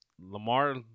Lamar